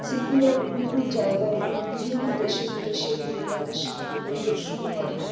শিল্পীরা বিভিন্ন জায়গায় এবং বিভিন্ন দেশে বিদেশে গিয়ে তাদের শিল্প প্রদর্শন করে